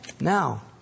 Now